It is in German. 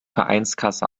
vereinskasse